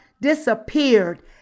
disappeared